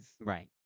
Right